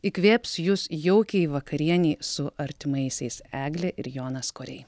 įkvėps jus jaukiai vakarienei su artimaisiais eglė ir jonas koriai